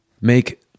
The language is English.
make